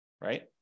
right